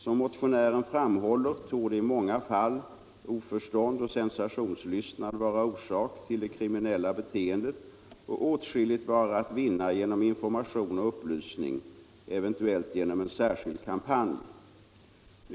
Som motionären framhåller torde i många fall oförstånd och sensationslystnad vara orsak till det kriminella beteendet och åtskilligt vara att vinna genom information och upplysning, eventuellt genom en särskild kampanj.